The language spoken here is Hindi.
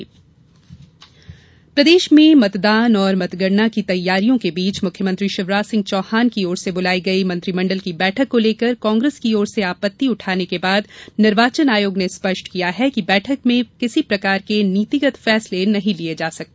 कैबिनेट बैठक प्रदेश में मतदान और मतगणना की तैयारियों के बीच मुख्यमंत्री शिवराज सिंह चौहान की ओर से बुलाई गई मंत्रिमंडल की बैठक को लेकर कांग्रेस की ओर से आपत्ति उठाने के बाद निर्वाचन आयोग ने स्पष्ट किया है कि बैठक में किसी प्रकार के नीतिगत फैसले नहीं लिए जा सकते